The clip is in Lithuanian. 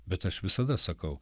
bet aš visada sakau